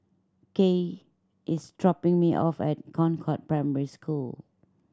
gaye is dropping me off at Concord Primary School